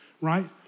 right